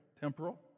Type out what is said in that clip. temporal